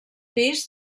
pis